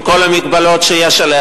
עם כל המגבלות שיש עליה,